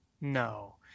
no